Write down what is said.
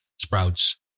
sprouts